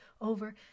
over